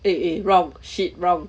eh eh wrong shit wrong